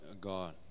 god